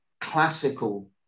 classical